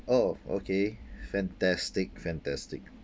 oh okay fantastic fantastic